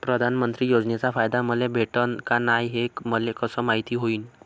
प्रधानमंत्री योजनेचा फायदा मले भेटनं का नाय, हे मले कस मायती होईन?